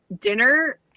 Dinner